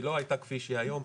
היא לא הייתה כפי שהיא היום,